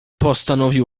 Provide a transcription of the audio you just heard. postanowił